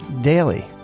daily